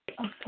Okay